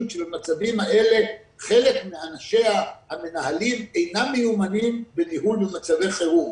שבמצבים האלה חלק מאנשיה המנהלים אינם מיומנים בניהול במצבי חירום.